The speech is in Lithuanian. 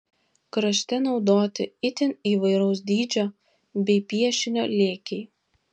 krašte naudoti itin įvairaus dydžio bei piešinio lėkiai